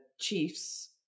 chiefs